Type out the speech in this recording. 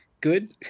good